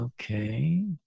Okay